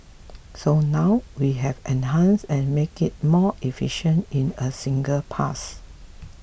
so now we have enhanced and make it more efficient in a single pass